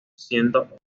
siendo